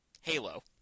Halo